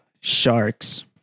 sharks